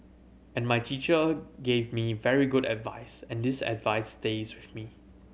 and my teacher gave me very good advice and this advice stays with me